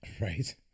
Right